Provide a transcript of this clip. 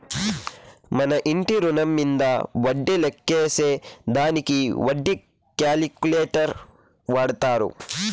మన ఇంటి రుణం మీంద వడ్డీ లెక్కేసే దానికి వడ్డీ క్యాలిక్యులేటర్ వాడతారు